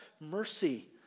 mercy